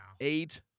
eight